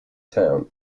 town